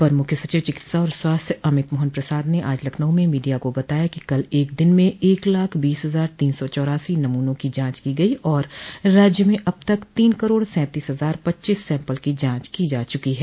अपर मुख्य सचिव चिकित्सा और स्वास्थ्य अमित मोहन प्रसाद ने आज लखनऊ में मीडिया को बताया कि कल एक दिन में एक लाख बीस हजार तीन सौ चौरासी नमूनों की जांच की और राज्य में अब तक तीन करोड़ सैंतीस हजार पच्चीस सैम्पल की जांच की जा चुकी है